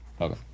Okay